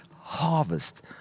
harvest